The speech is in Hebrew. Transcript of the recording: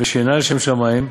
ושאינה לשם שמים,